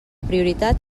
prioritat